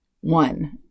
One